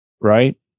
Right